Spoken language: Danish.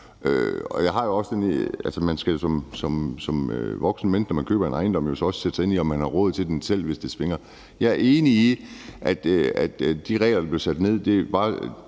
hårdt ramt der. Og man skal jo som voksent menneske, når man køber en ejendom, så også sætte sig ind i, om man har råd til den, selv hvis det svinger. Jeg er enig i, at de regler, der blev sat op, skulle